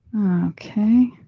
okay